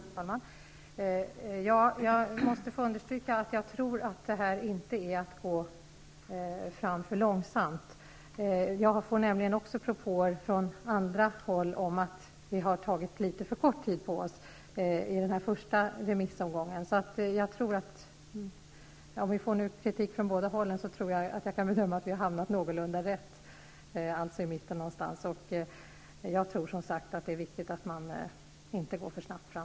Herr talman! Jag måste få understryka att jag inte tror att det här är att gå fram för långsamt. Jag får nämligen också propåer från andra håll om att vi har tagit för kort tid på oss i den första remissomgången. Om vi nu får kritik från båda hållen, bedömer jag att vi har hamnat någorlunda rätt, dvs. någonstans i mitten. Det är alltså viktigt att inte gå för snabbt fram.